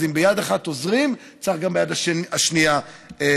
אז אם ביד אחת עוזרים, צריך גם ביד השנייה לעזור.